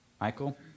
Michael